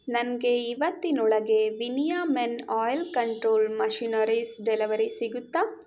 ನನಗೆ ಇವತ್ತಿನೊಳಗೆ ವಿನಿಯಾ ಮೆನ್ ಆಯಿಲ್ ಕಂಟ್ರೋಲ್ ಮಷಿನರಿಸ್ ಡೆಲಿವರಿ ಸಿಗುತ್ತಾ